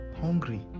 hungry